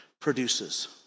produces